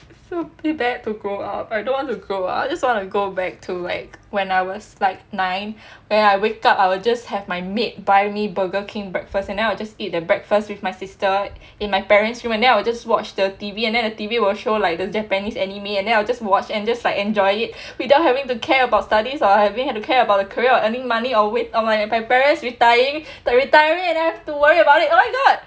so prepared to grow up I don't want to grow up I just wanna go back to like when I was like nine when I wake up I will just have my maid buy me burger king breakfast and then I will just eat the breakfast with my sister in my parents' room then I will just watch the T_V and then the T_V will show like the japanese anime and then I will just watch and just like enjoy it without having to care about studies or having had to care about a career earning money or with my parents retiring and I don't have to worry about it oh my god